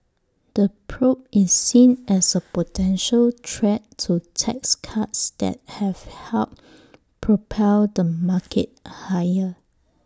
the probe is seen as A potential threat to tax cuts that have helped propel the market higher